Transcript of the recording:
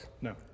No